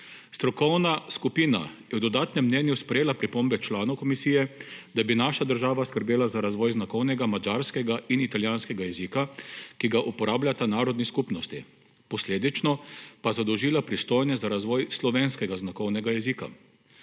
Strokovna skupina je v dodatnem mnenju sprejela pripombe članov komisije, da bi naša država skrbela za razvoj znakovnega madžarskega in italijanskega jezika, ki ga uporabljata narodni skupnosti, posledično pa zadolžila pristojne za razvoj slovenskega znakovnega jezika.